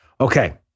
Okay